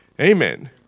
Amen